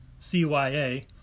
CYA